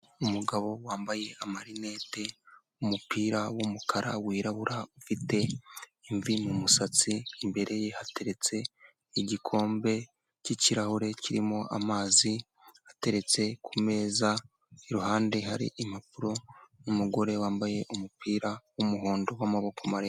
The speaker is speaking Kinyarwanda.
Umugabo wambaye amarinete umupira w'umukara wirabura ufite imvi m'umusatsi imbere ye hateretse igikombe cy'ikirahure kirimo amazi ateretse ku ameza iruhande hari impapuro umugore wambaye umupira w'umuhondo w'amaboko maremare.